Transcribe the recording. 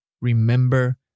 Remember